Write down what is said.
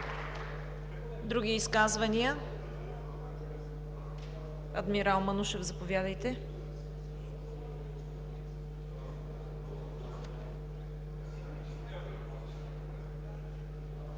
Други изказвания? Адмирал Манушев, заповядайте.